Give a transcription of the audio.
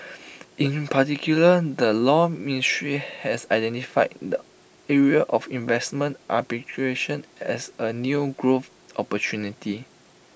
in particular the law ministry has identified the area of investment arbitration as A new growth opportunity